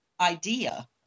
idea